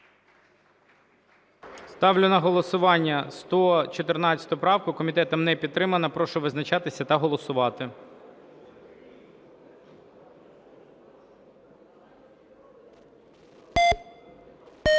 Ставлю на голосування 114 правку. Комітетом не підтримана. Прошу визначатися та голосувати.